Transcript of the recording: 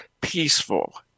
peaceful